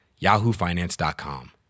yahoofinance.com